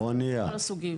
או אונייה.